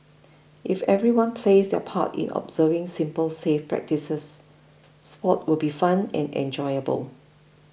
if everyone plays their part in observing simple safe practices sports will be fun and enjoyable